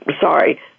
Sorry